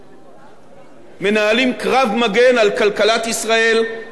מנהלים קרב מגן על כלכלת ישראל ועל אזרחי ישראל.